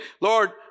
Lord